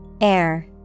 Air